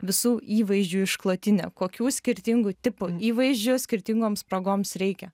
visų įvaizdžių išklotinė kokių skirtingų tipų įvaizdžių skirtingoms progoms reikia